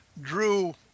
drew